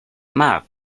mab